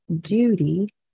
duty